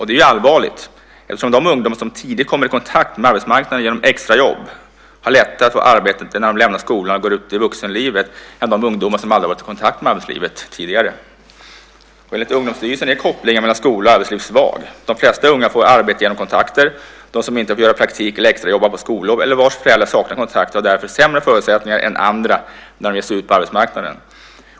Det är allvarligt eftersom de ungdomar som tidigt kommer i kontakt med arbetsmarknaden genom extrajobb har lättare att få arbete när de lämnar skolan och går ut i vuxenlivet än de ungdomar som aldrig har varit i kontakt med arbetslivet tidigare. Enligt Ungdomsstyrelsen är kopplingen mellan skola och arbetsliv svag. De flesta unga får arbete genom kontakter. De som inte får göra praktik eller extrajobba på skollov eller vars föräldrar saknar kontakter har därför sämre förutsättningar än andra när de ger sig ut på arbetsmarknaden.